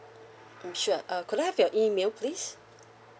mm sure uh could I have your email please